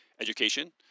education